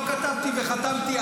אני לא כתבתי וחתמתי.